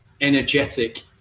energetic